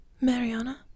Mariana